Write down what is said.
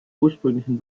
ursprünglichen